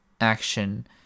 action